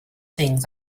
things